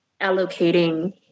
allocating